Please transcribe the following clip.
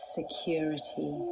security